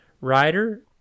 rider